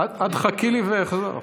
את חכי לי ואחזור.